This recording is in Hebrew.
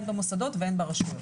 הן במוסדות והן ברשויות.